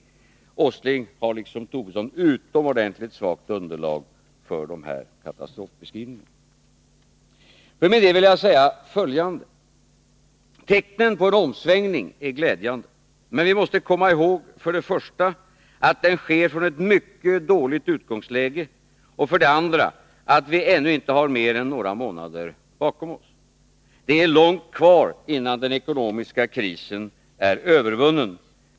Nils Åsling har liksom Lars Tobisson utomordentligt svagt underlag för dessa katastrofbeskrivningar. För min del vill jag säga följande. Tecknen på en omsvängning är glädjande, men vi måste komma ihåg för det första att den sker från ett mycket dåligt utgångsläge, och för det andra att vi ännu inte har mer än några månader bakom oss. Det är långt kvar innan den ekonomiska krisen är övervunnen.